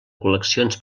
col·leccions